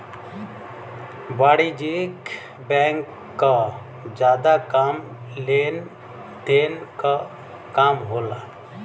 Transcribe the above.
वाणिज्यिक बैंक क जादा काम लेन देन क काम होला